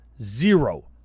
zero